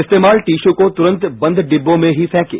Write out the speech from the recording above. इस्तेमाल टिशू को तुरंत बंद डिब्बों में ही फेंकें